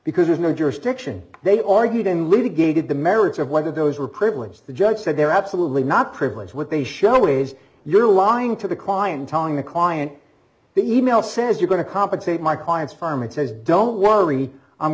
because there's no jurisdiction they argued in litigated the merits of whether those were privileged the judge said they're absolutely not privileged what they show always you're lying to the client telling the client the e mail says you're going to compensate my clients farman says don't worry i'm